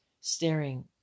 staring